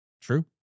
True